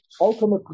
ultimate